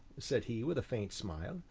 said he, with a faint smile,